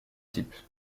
type